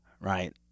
Right